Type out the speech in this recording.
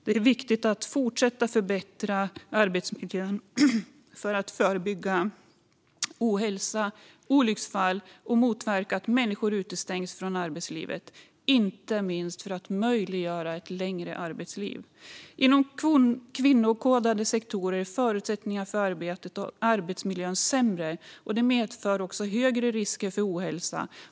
Det är viktigt att fortsätta förbättra arbetsmiljön för att förebygga ohälsa, olycksfall och motverka att människor utestängs från arbetslivet - inte minst för att möjliggöra ett längre arbetsliv. Inom kvinnokodade sektorer är förutsättningarna för arbetet och arbetsmiljön sämre, och det medför högre risker för ohälsa.